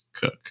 Cook